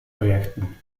projekten